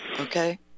okay